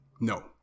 No